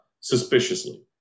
suspiciously